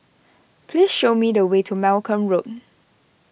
please show me the way to Malcolm Road